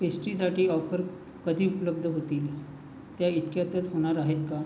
पेस्ट्रीसाठी offer कधी उपलब्ध होतील त्या इतक्यातच होणार आहेत का